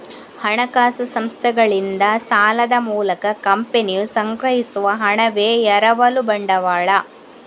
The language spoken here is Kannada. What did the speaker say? ಹಣಕಾಸು ಸಂಸ್ಥೆಗಳಿಂದ ಸಾಲದ ಮೂಲಕ ಕಂಪನಿಯು ಸಂಗ್ರಹಿಸುವ ಹಣವೇ ಎರವಲು ಬಂಡವಾಳ